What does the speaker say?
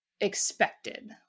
expected